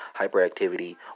hyperactivity